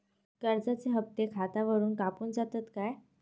कर्जाचे हप्ते खातावरून कापून जातत काय?